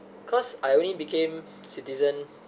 cause I only became citizen